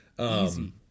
Easy